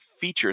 features